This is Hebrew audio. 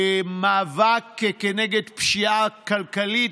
מאבק כנגד פשיעה כלכלית,